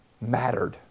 mattered